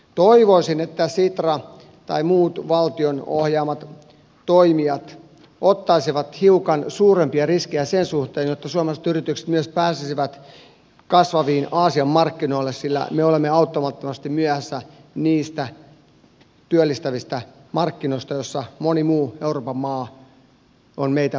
toivoisin että sitra tai muut valtion ohjaamat toimijat ottaisivat hiukan suurempia riskejä sen suhteen jotta suomalaiset yritykset myös pääsisivät kasvaville aasian markkinoille sillä me olemme auttamattomasti myöhässä niistä työllistävistä markkinoista joissa moni muu euroopan maa on meitä huomattavasti edellä